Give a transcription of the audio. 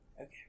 Okay